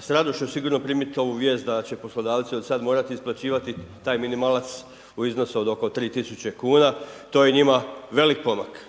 s radošću sigurno primiti ovu vijest da će poslodavci od sada morati isplaćivati taj minimalac u iznosu od oko 3.000,00 kn, to je njima velik pomak.